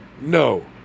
No